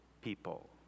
people